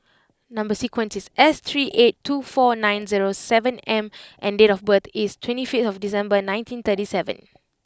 number sequence is S three eight two four nine zero seven M and and date of birth is twenty fifthDecember nineteen thirty seven